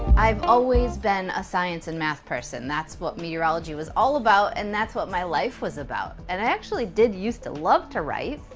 i've always been a science and math person. that's what meteorology was all about. and that's what my life was about. and i actually did used to love to write, fifth,